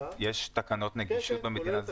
יש תקנות נגישות במדינה.